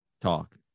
talk